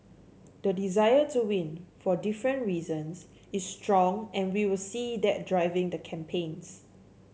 the desire to win for different reasons is strong and we will see that driving the campaigns